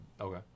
Okay